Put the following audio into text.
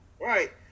Right